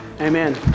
Amen